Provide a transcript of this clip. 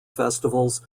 festivals